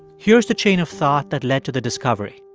here's the chain of thought that led to the discovery.